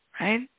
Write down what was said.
right